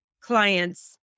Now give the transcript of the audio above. clients